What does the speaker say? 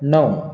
णव